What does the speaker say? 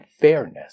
fairness